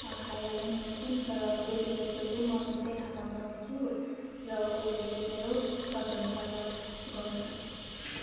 खाइहालौँ भन्छन् तर बेसी जस्तो चाहिँ म मिठै खाना बनाउँछु र उनीहरूले मेरो प्रशंसा गर गर्छन्